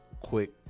quick